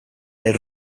del